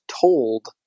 told